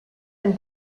and